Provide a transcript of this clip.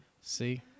See